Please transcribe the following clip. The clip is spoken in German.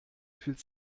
fühlt